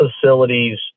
facilities